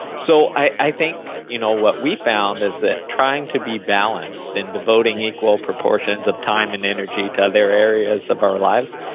so, i think you know what we found is that trying to be balanced and devoting equal proportions of time and energy to other areas of our lives,